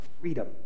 freedom